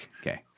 Okay